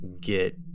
get